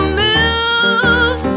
move